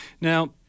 Now